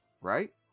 Right